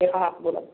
हे पहा बोला